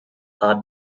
are